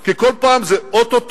כי כל פעם זה או-טו-טו.